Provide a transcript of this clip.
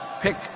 pick